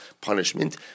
punishment